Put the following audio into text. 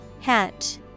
Hatch